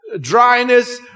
dryness